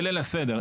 בליל הסדר,